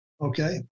Okay